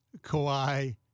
Kawhi